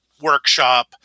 workshop